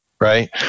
right